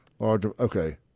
Okay